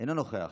אינו נוכח,